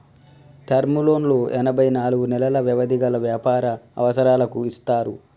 term లోన్లు ఎనభై నాలుగు నెలలు వ్యవధి గల వ్యాపార అవసరాలకు ఇస్తారు